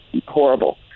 horrible